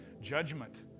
judgment